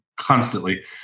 constantly